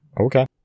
Okay